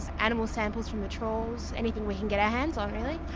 animal samples from the trawls, anything we can get our hands on really.